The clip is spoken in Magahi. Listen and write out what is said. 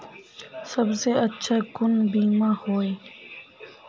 सबसे अच्छा कुन बिमा होय?